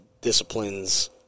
disciplines